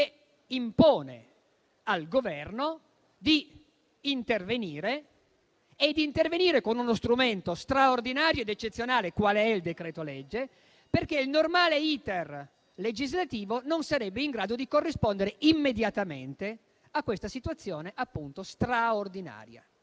impone al Governo di intervenire con uno strumento straordinario ed eccezionale qual è il decreto-legge, perché il normale *iter* legislativo non sarebbe in grado di corrispondere immediatamente a tale situazione straordinaria.